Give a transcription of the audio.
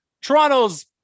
Toronto's